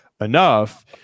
enough